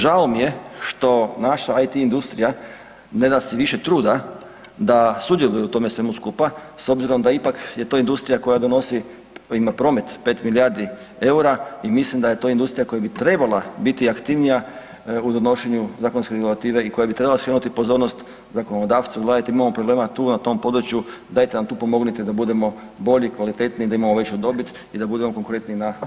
Žao mi je što naša IT industrija ne da si više truda da sudjeluje u tome svemu skupa s obzirom da je to ipak industrija koja donosi ima promet pet milijardi eura i mislim da je to industrija koja bi trebala biti aktivnija u donošenju zakonske regulative i koja bi trebala skrenuti pozornost zakonodavcu, gledajte imamo problema tu na tom području dajte nam tu pomognite da budemo bolji, kvalitetniji, da imamo veću dobit i da budemo konkurentni na europskom tržištu.